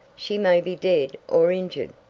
she may be dead or injured,